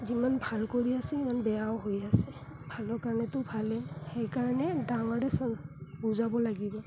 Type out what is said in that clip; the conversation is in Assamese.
যিমান ভাল কৰি আছে ইমান বেয়াও হৈ আছে ভালৰ কাৰণেতো ভালে সেইকাৰণে ডাঙৰে চব বুজাব লাগিব